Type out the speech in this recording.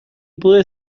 pude